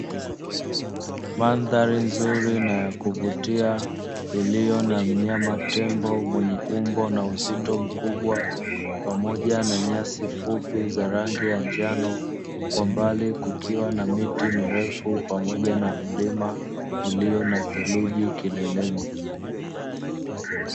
Mandhari nzuri na ya kuvutia iliyo na mnyama tembo mwenye umbo na uzito mkubwa, pamoja na nyasi fupi za rangi ya njano. Kwa mbali kukiwa na miti mirefu pamoja na mlima ulio na theluji kileleni.